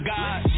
God